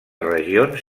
regions